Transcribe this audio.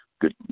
good